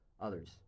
others